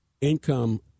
income